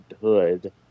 hood